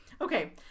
Okay